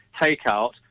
takeout